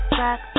back